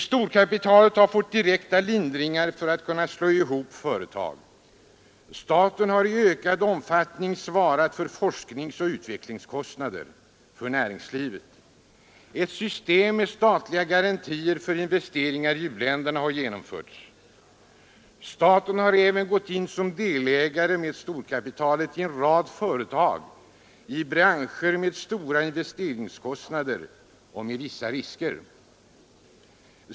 Storkapitalet har fått direkta lindringar för att kunna slå ihop företag. Staten har i ökad omfattning svarat för näringslivets forskningsoch utvecklingskostnader. Ett system med statliga garantier för investeringar i u-länderna har genomförts. Staten har även gått in som delägare, tillsammans med storkapitalet, i en rad företag i branscher med stora investeringskostnader och med vissa risker.